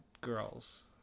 girls